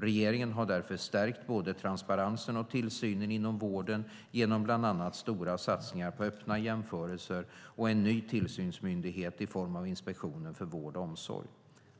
Regeringen har därför stärkt både transparensen och tillsynen inom vården genom bland annat stora satsningar på öppna jämförelser och en ny tillsynsmyndighet i form av Inspektionen för vård och omsorg.